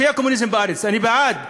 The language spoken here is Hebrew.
שיהיה קומוניזם בארץ, אני בעד.